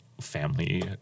family